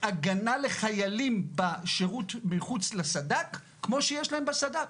הגנה לחיילים בשירות מחוץ לסד"כ כמו שיש להם בסד"כ.